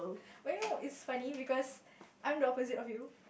well you know it's funny because I'm the opposite of him